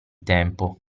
tempo